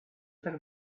tak